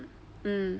mm